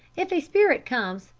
if a spirit comes,